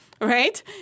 right